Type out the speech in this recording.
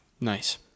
Nice